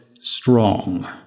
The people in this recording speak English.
strong